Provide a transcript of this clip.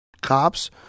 cops